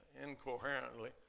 incoherently